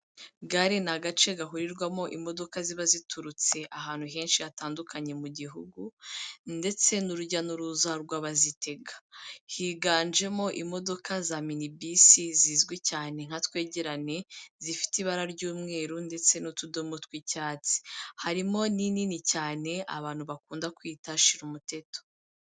Gare ni agace gahurirwamo imodoka ziba ziturutse ahantu henshi hatandukanye mu Gihugu ndetse n'urujya n'uruza rw'abazitega. Higanjemo imodoka za minibisi zizwi cyane nka twegerane, zifite ibara ry'umweru ndetse n'utudomo tw'icyatsi. Harimo n'inini cyane abantu bakunda kwita shira umuteto.